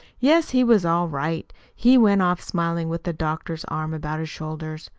yes, he was all right. he went off smiling, with the doctor's arm about his shoulders.